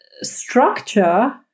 structure